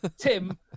Tim